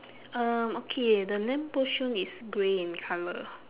um okay the lamppost shown is grey in colour